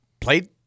played